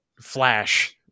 flash